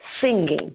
singing